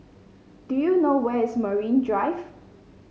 do you know where is Marine Drive